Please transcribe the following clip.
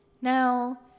Now